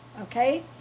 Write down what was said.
okay